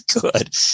good